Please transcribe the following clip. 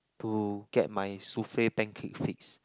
to get my souffle pancake fixed